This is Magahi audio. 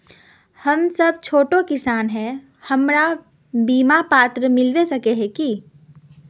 हम सब छोटो किसान है हमरा बिमा पात्र मिलबे सके है की?